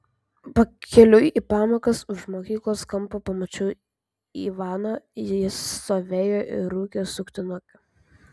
pakeliui į pamokas už mokyklos kampo pamačiau ivaną jis stovėjo ir rūkė suktinukę